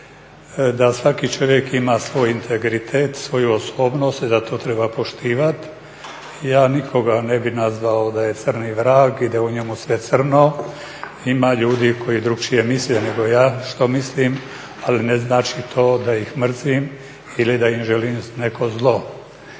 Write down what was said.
da svaki čovjek ima svoj integritet, svoju osobnost i da to treba poštivati. Ja nikoga ne bih nazvao da je crni vrag i da je u njemu sve crno. Ima ljudi koji drugačije misle nego ja što mislim, ali ne znači to da ih mrzim ili da im želim neko zlo.